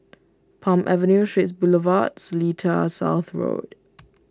Palm Avenue Straits Boulevard Seletar South Road